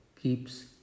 keeps